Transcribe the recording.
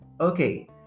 Okay